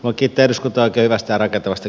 aki kerskutaan keväästä rakentavasti